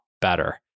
better